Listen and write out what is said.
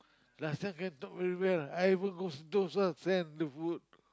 last time can talk very well I even go Sentosa sand to vote